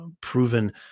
proven